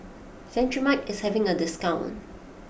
Cetrimide is having a discount